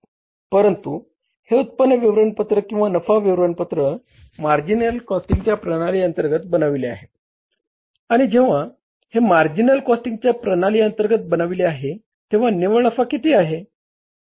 परंतु हे उत्पन्न विवरणपत्र किंवा नफा विवरणपत्र मार्जिनल कॉस्टिंगच्या प्रणाली अंतर्गत बनविले आहे आणि जेंव्हा हे मार्जिनल कॉस्टिंग प्रणाली अंतर्गत बनविले आहे तेंव्हा निव्वळ नफा किती आहे